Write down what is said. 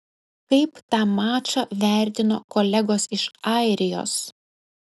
kaip tą mačą vertino kolegos iš airijos